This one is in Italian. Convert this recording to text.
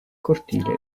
cortile